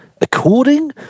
according